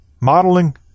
modeling